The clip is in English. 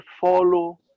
follow